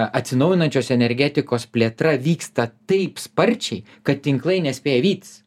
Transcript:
atsinaujinančios energetikos plėtra vyksta taip sparčiai kad tinklai nespėja vytis